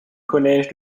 collège